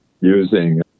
using